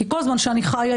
כי כל זמן שאני חיה,